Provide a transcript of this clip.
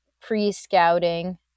pre-scouting